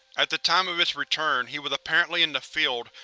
at the time of its return, he was apparently in the field,